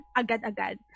agad-agad